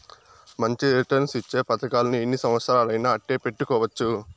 మంచి రిటర్న్స్ ఇచ్చే పతకాలను ఎన్ని సంవచ్చరాలయినా అట్టే పెట్టుకోవచ్చు